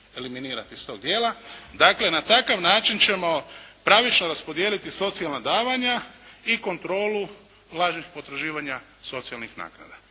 eliminirati iz tog dijela. Dakle, na takav način ćemo pravično raspodijeliti socijalna davanja i kontrolu lažnih potraživanja socijalnih naknada.